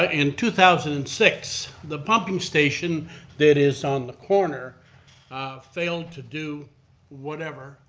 ah in two thousand and six, the pumping station that is on the corner failed to do whatever,